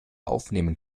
aufnehmen